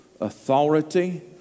authority